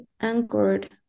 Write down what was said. anchored